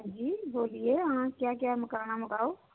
हां जी बोलियै हां क्या क्या मकाना मकाओ